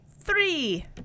three